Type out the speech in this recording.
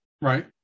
right